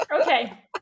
okay